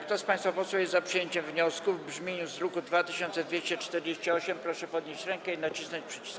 Kto z państwa posłów jest za przyjęciem wniosku w brzmieniu z druku nr 2248, proszę podnieść rękę i nacisnąć przycisk.